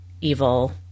evil